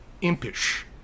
impish